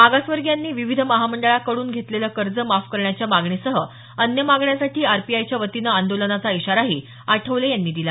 मागासवर्गीयांनी विविध महामंडळाकड्रन घेतलेलं कर्ज माफ करण्याच्या मागणीसह अन्य मागण्यांसाठी आरपीआयच्या वतीनं आंदोलनाचा इशाराही आठवले यांनी दिला